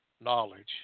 knowledge